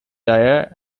dyer